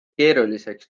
keeruliseks